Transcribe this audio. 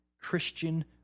Christian